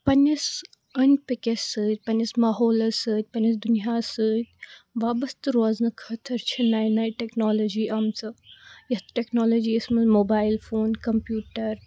پَننِس أنٛدۍ پٔکِس سۭتۍ پَننِس ماحولَس سۭتۍ پَننِس دُنیاہَس سۭتۍ وابَستہِ روزنہٕ خٲطٕر چھِ نَیہِ نَیہِ ٹیٚکنالجی آمژٕ یتھ ٹیٚکنالجی یَس منٛز موبایِل فون کَمپِیوٹَر